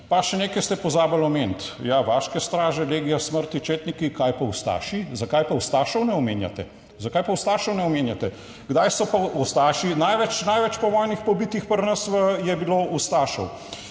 Pa še nekaj ste pozabili omeniti, ja, vaške straže, legija smrti, četniki… Kaj pa ustaši, zakaj pa ustašev ne omenjate? Zakaj pa ustašev ne omenjate? Kdaj so pa ustaši, največ, največ povojnih pobitih pri nas je bilo ustašev.